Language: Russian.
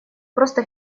просто